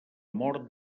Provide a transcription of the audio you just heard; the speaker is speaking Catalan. mort